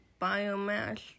biomass